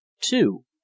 Two